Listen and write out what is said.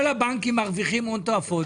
אני יודע שמנכ"ל ויושב-ראש הדואר הוחלפו.